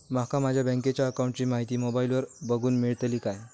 माका माझ्या बँकेच्या अकाऊंटची माहिती मोबाईलार बगुक मेळतली काय?